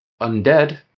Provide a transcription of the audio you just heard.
undead